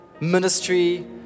ministry